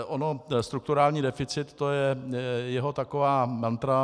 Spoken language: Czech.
Ono strukturální deficit, to je jeho taková mantra.